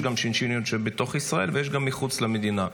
יש שינשיניות שהן בתוך ישראל ויש גם מחוץ למדינה.